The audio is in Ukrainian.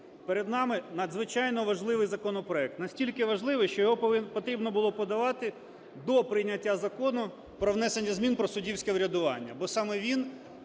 перед нами надзвичайно важливий законопроект. Настільки важливий, що його потрібно було подавати до прийняття Закону про внесення змін про суддівське урядування.